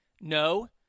No